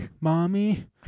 mommy